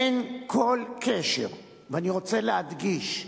אין כל קשר, ואני רוצה להדגיש,